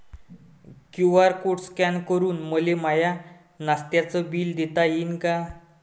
QR code scan करून मले माय नास्त्याच बिल देता येईन का?